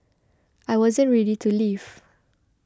I wasn't ready to leave